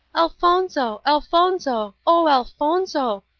elfonzo! elfonzo! oh, elfonzo!